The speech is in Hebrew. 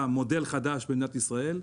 גם מודל חדש במדינת ישראל,